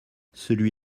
celui